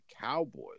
Cowboys